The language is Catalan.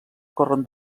corren